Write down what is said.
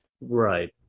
right